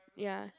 ya